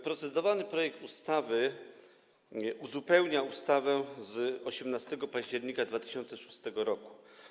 Procedowany projekt ustawy uzupełnia ustawę z 18 października 2006 r.